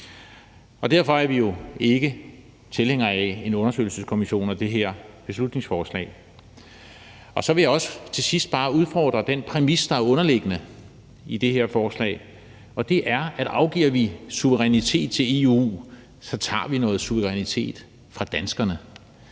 Derfor er vi jo ikke tilhængere af en undersøgelseskommission og det her beslutningsforslag. Så vil jeg til sidst også bare udfordre den præmis, der ligger i det her forslag, og det er, at afgiver vi suverænitet til EU, tager vi noget suverænitet fra danskerne,